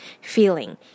feeling